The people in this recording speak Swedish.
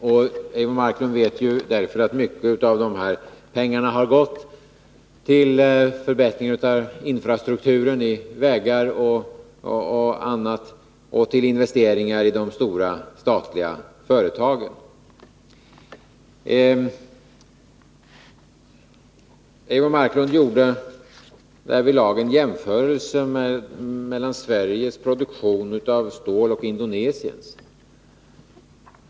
Eivor Marklund vet att mycket av dessa pengar har gått till förbättringar av infrastrukturen — vägar och annat — och till investeringar i de stora statliga företagen. Eivor Marklund gjorde därvidlag en jämförelse mellan Sveriges produktion av stål och Indonesiens.